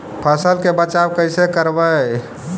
फसल के बचाब कैसे करबय?